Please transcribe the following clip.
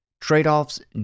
Trade-offs